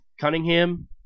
Cunningham